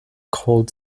called